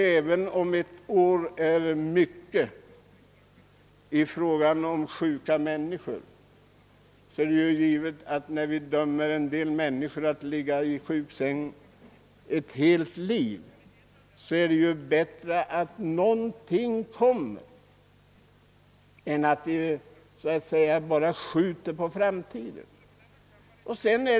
Även om ett år är lång tid när det gäller sjuka människor, så är det ändå bättre att någonting sker om ett år än att vi dömer människor att ligga i sjuksängen under ett helt liv.